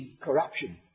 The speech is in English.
corruption